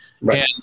Right